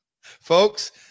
folks